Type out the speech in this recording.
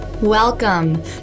Welcome